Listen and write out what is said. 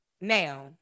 Now